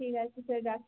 ঠিক আছে স্যার রাখছি